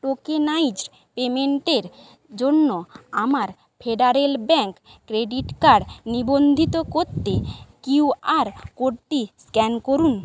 tokenised পেমেন্টের জন্য আমার ফেডারেল ব্যাংক ক্রেডিট কার্ড নিবন্ধিত করতে কিউ আর কোডটি স্ক্যান করুন